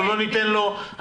אנחנו לא ניתן לו להשתגע.